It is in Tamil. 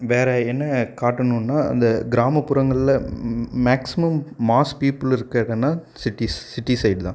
வேறு என்ன காட்டணுன்னா அந்த கிராமப்புறங்களில் மேக்சிமம் மாஸ் பீப்புள் இருக்காங்கன்னா சிட்டிஸ் சிட்டி சைடு தான்